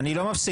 אני לא מפסיק,